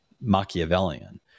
Machiavellian